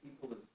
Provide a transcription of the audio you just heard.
people